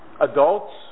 adults